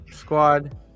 squad